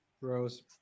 Rose